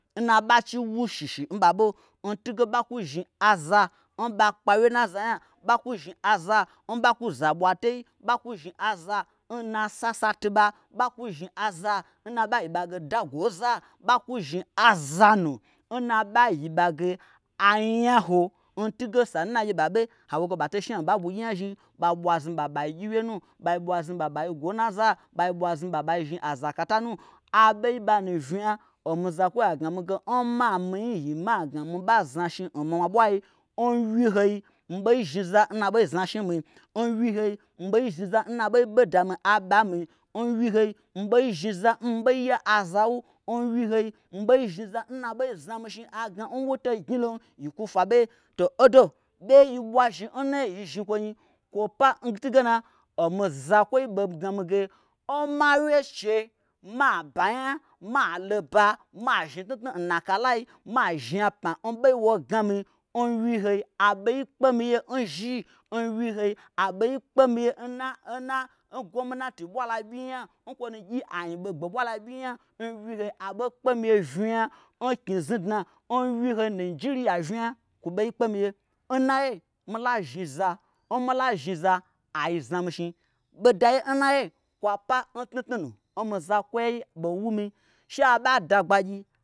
N na aɓachi wushishi n ɓaɓo n tunge ɓakwu zhni aza n ɓakpe awye n naza nya, ɓakwu zhni aza n ɓakwu ze aɓwatei, ɓakwu zhni aza n na sasa tuba, ɓakwu zhni aza n na ɓayiɓa ge dagwo nza, ɓakwu zhni aza nu n na ɓa yiɓa ge a nyaho n tunge sanu n naagye ɓeiɓe hawo ge ɓato shna hnu n ɓai ɓugyi nyazhniim ɓa ɓwa znuɓa ɓai gyiwyenu ɓa ɓwa znuɓ a ɓai gwo n naza ɓa ɓwa znuɓa ɓai zhni aza kata nu. aɓei ɓa nu vnya omi zakwoiagna mige n ma mi-i yi ma zna shni n ma ɓwai n wyi hoi mi ɓei zhniza n na ɓei zna shni n mi n wyi hoi mi ɓei zhniza n na ɓei ɓe dami aɓa n mi n wyi hoi mi ɓei zhniza n ɓei ye aza wu. n wyi hoi mi ɓei zhniza n na ɓei zna mishni agna n mi tei gnyilo yi kwu fwa ɓeye. to odo ɓeye n yi ɓwa zhi n naiye yi zhnikwonyi kwo pa n tun gena omi zakwoi ɓei gna mi ge n ma wyeche ma ba nya ma lo ba ma zhni tnutnu n na kalai mazhniapma n ɓei n wo gna mi n wyihoi a ɓei kpemiye n zhii, n wyihoi aɓei kpemiye n na n na n gwomnati ɓwala ɓyii nya n kwonugyi anyiɓegbe ɓwala ɓyi nya, n wyihoi abei kpemiye vnya n knyi znudna n wyihoi nijiriya vnya kwo ɓei kpemiye. N naiye mila zhniza n mila zhniza ai znamishni ɓoda ye n naiye kwa pa n tnutnu nu n mi zakwoi ɓei wumi she aɓa da gbagyi